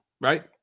Right